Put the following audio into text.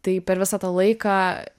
tai per visą tą laiką